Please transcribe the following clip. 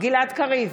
גלעד קריב,